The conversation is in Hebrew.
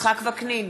יצחק וקנין,